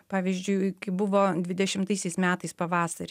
pavyzdžiui kaip buvo dvidešimtaisiais metais pavasarį